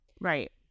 Right